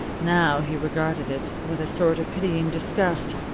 now he regarded it with a sort of pitying disgust,